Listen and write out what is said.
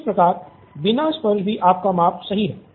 इस प्रकार बिना स्पर्श भी आपका माप सही हैं